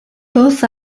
both